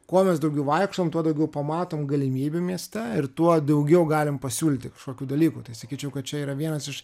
kuo mes daugiau vaikštom tuo daugiau pamatom galimybių mieste ir tuo daugiau galim pasiūlyti kažkokių dalykų tai sakyčiau kad čia yra vienas iš